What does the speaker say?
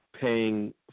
paying